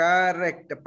Correct